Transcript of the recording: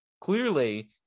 clearly